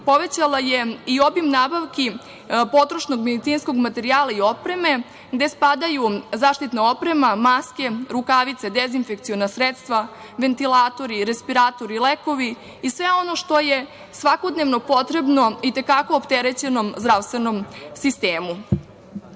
povećala je i obim nabavki potrošnog medicinsog materijala i opreme, gde spadaju zaštitna oprema, maske, rukavice, dezinfekciona sredstva, ventilatori, respiratori, lekovi i sve ono što je svakodnevno potrebno itekako opterećenom zdravstvenom sistemu. Moralo